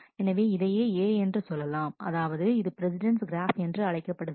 எனவே இதையே A என்று சொல்லலாம் அதாவது இது பிரஸிடெண்ட்ஸ் கிராஃப் என்று அழைக்கப்படுகிறது